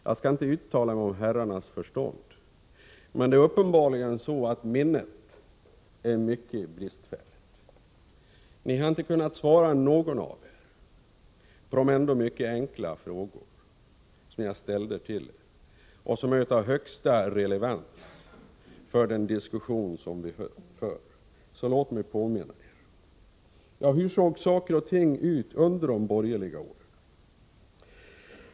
Jag skall inte uttala mig om herrarnas förstånd, men det är uppenbarligen så, att minnet är mycket bristfälligt. Ingen av er har kunnat svara på de ändå mycket enkla frågor som jag ställde och som har högsta relevans för diskussionen. Låt mig därför göra en påminnelse. Hur såg saker och ting ut under de borgerliga åren?